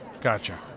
Gotcha